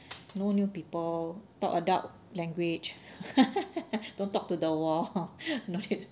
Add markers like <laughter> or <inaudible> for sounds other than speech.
no new people talk adult language <laughs> don't talk to the wall not